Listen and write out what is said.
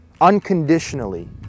unconditionally